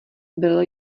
byl